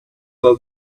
were